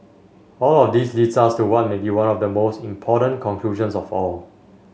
all of this leads us to what may be one of the most important conclusions of all